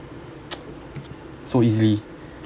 so easily